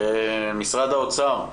משרד האוצר,